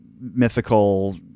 mythical